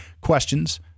questions